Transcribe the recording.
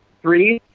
three,